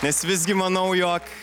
nes visgi manau jog